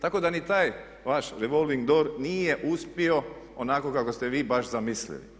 Tako da ni taj vaš revolving door nije uspio onako kako ste vi baš zamislili.